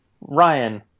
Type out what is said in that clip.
ryan